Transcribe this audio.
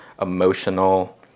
emotional